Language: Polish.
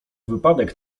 wypadek